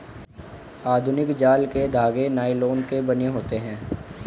आधुनिक जाल के धागे नायलोन के बने होते हैं